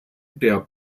der